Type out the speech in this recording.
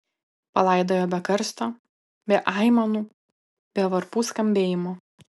palaidojo be karsto be aimanų be varpų skambėjimo